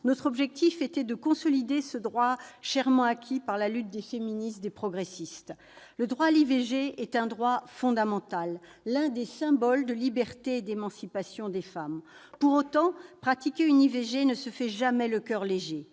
groupe souhaitait consolider ce droit chèrement acquis, par la lutte des féministes, des progressistes. Le droit à l'IVG est un droit fondamental. Il est l'un des symboles de liberté et d'émancipation des femmes. Pour autant, pratiquer une IVG ne se fait jamais le coeur léger.